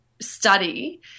study